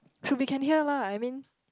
should be can hear lah I mean